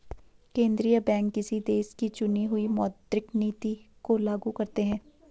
केंद्रीय बैंक किसी देश की चुनी हुई मौद्रिक नीति को लागू करते हैं